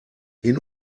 hin